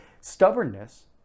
stubbornness